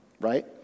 right